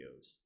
videos